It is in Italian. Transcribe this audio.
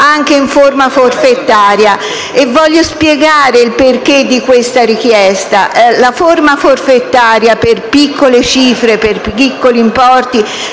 anche in forma forfettaria, e voglio spiegare il perché di questa richiesta. La forma forfettaria per piccoli importi